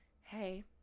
hey